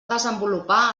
desenvolupar